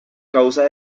causa